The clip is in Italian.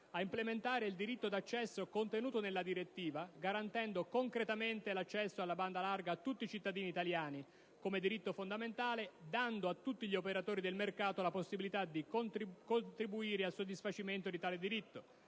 di implementare il diritto di accesso contenuto nella direttiva, garantendo concretamente l'accesso alla banda larga a tutti cittadini italiani come diritto fondamentale, dando a tutti gli operatori del mercato la possibilità di contribuire al soddisfacimento di tale diritto;